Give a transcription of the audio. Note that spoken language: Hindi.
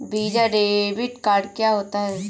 वीज़ा डेबिट कार्ड क्या होता है?